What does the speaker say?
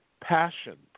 passion